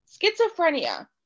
Schizophrenia